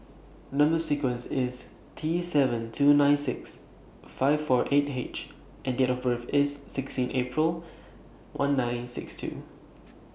Number sequence IS T seven two nine six five four eight H and Date of birth IS sixteen April one nine six two